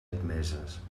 admeses